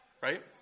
Right